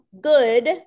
good